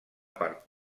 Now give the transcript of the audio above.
part